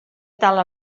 tal